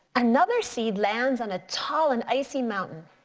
another seed lands on a tall and icy mountain.